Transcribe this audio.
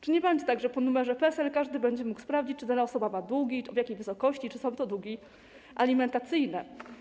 Czy nie będzie tak, że po numerze PESEL każdy będzie mógł sprawdzić, czy dana osoba ma długi, w jakiej wysokości, czy są to długi alimentacyjne?